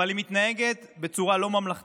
אבל היא מתנהגת בצורה לא ממלכתית,